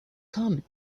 common